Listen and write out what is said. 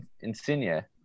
Insigne